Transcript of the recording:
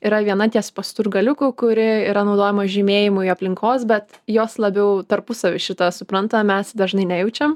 yra viena ties pasturgaliuku kuri yra naudojama žymėjimui aplinkos bet jos labiau tarpusavy šitą supranta mes dažnai nejaučiam